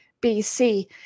BC